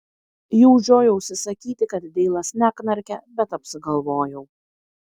jau žiojausi sakyti kad deilas neknarkia bet apsigalvojau